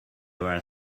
were